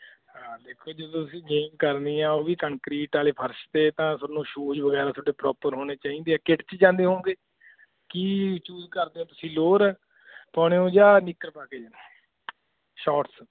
ਹਾਂ ਦੇਖੋ ਜਦੋਂ ਤੁਸੀਂ ਗੇਮ ਕਰਨੀ ਆ ਉਹ ਵੀ ਕੰਕਰੀਟ ਵਾਲੇ ਫਰਸ਼ 'ਤੇ ਤਾਂ ਤੁਹਾਨੂੰ ਸੂਜ ਵਗੈਰਾ ਤੁਹਾਡੇ ਪ੍ਰੋਪਰ ਹੋਣੇ ਚਾਹੀਦੇ ਆ ਕਿਟ 'ਚ ਜਾਂਦੇ ਹੋਣਗੇ ਕੀ ਚੂਜ਼ ਕਰਦੇ ਹੋ ਤੁਸੀਂ ਲੋਰ ਪਾਉਂਦੇ ਹੋ ਜਾਂ ਨਿੱਕਰ ਪਾ ਕੇ ਸ਼ੋਟਸ